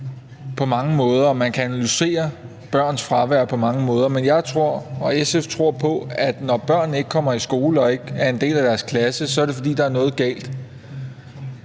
på mange måder. Man kan analysere børns fravær på mange måder, men jeg og SF tror på, at når børn ikke kommer i skole og ikke er en del af deres klasse, er det, fordi der er noget galt.